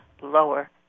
lower